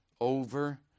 over